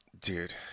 dude